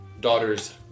daughter's